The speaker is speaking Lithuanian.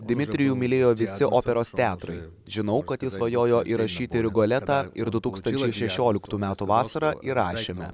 dimitrijų mylėjo visi operos teatrai žinau kad jis svajojo įrašyti rigoletą ir du tūkstančiai šešioliktų metų vasarą įrašėme